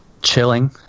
Chilling